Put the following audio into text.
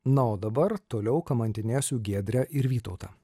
na o dabar toliau kamantinėsiu giedrę ir vytautą